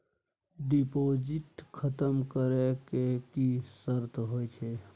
Deposit खतम करे के की सर्त होय छै?